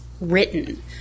written